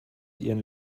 ihren